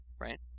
right